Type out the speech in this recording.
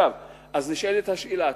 אז נשאלת השאלה,